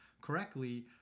correctly